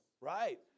Right